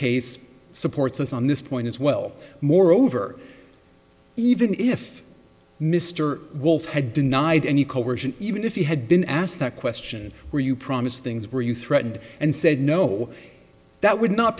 case supports us on this point as well moreover even if mr wolf had denied any coercion even if he had been asked that question were you promise things were you threatened and said no that would not